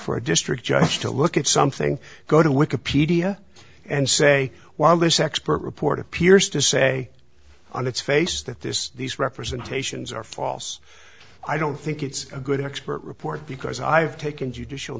for a district judge to look at something go to wikipedia and say while this expert report appears to say on its face that this these representations are false i don't think it's a good expert report because i have taken judicial